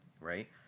right